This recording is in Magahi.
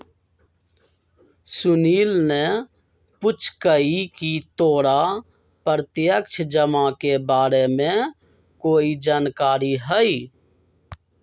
सुनील ने पूछकई की तोरा प्रत्यक्ष जमा के बारे में कोई जानकारी हई